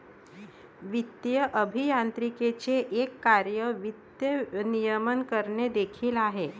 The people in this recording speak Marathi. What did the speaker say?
वित्तीय अभियांत्रिकीचे एक कार्य वित्त नियमन करणे देखील आहे